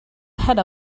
had